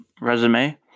resume